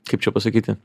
kaip čia pasakyti